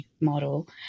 model